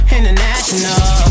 International